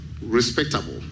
respectable